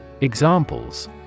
Examples